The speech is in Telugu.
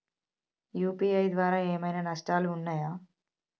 యూ.పీ.ఐ ద్వారా ఏమైనా నష్టాలు ఉన్నయా?